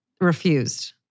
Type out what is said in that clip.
refused